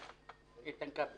איתן כבל.